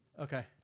Okay